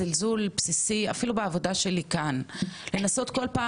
לנסות כל פעם מחדש להגיד חברות וחברים,